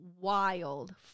wild